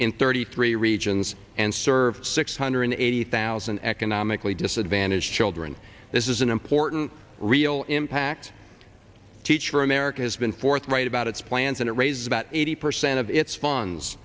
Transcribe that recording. in thirty three regions and serve six hundred eighty thousand economically disadvantaged children this is an important real impact teach for america has been forthright about its plans and it raises about eighty percent of its funds